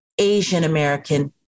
Asian-American